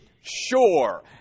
sure